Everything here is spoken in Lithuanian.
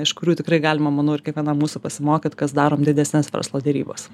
iš kurių tikrai galima manau ir kiekvienam mūsų pasimokyt kas darom didesnes verslo derybas